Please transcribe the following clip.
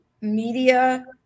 media